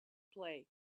play